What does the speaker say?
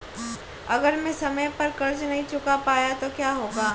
अगर मैं समय पर कर्ज़ नहीं चुका पाया तो क्या होगा?